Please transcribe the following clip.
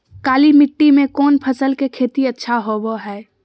काली मिट्टी में कौन फसल के खेती अच्छा होबो है?